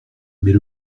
mais